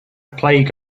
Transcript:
plague